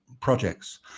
projects